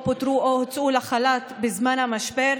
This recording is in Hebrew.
או פוטרו או הוצאו לחל"ת בזמן המשבר,